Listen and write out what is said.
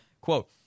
quote